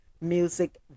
music